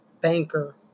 Banker